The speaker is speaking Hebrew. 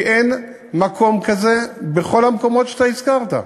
כי אין מקום כזה בכל המקומות שאתה הזכרת.